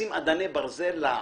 לשים אדני ברזל להעסקה,